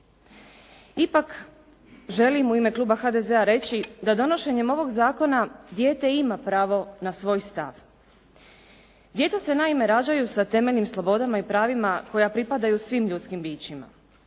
Ipak želim u ime kluba HDZ-a reći da donošenjem ovog zakona dijete ima pravo na svoj stav. Djeca se naime rađaju sa temeljnim slobodama i pravima koja pripadaju svim ljudskim bićima,